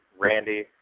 Randy